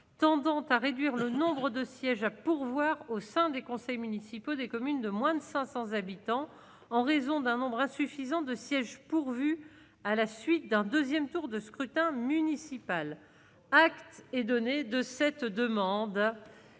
tendant à réduire le nombre de sièges à pourvoir au sein des conseils municipaux des communes de moins de 500 habitants en raison d'un nombre insuffisant de sièges pourvus à la suite d'un 2ème tour de scrutin municipal acte et donné de cette demande,